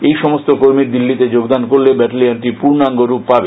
এই সমস্ত কর্মী দিল্লিতে যোগদান করলে ব্যাটেলিয়নটি পূর্ণাঙ্গ রূপ পাবে